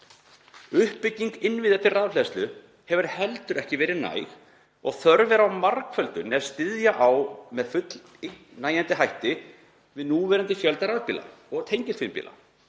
Uppbygging innviða til rafhleðslu hefur heldur ekki verið næg og þörf er á margföldun ef styðja á með fullnægjandi hætti við núverandi fjölda rafbíla og tengiltvinnbíla.